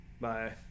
Bye